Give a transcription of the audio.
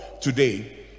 today